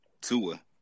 Tua